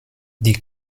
die